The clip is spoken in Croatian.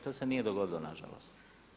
To se nije dogodilo nažalost.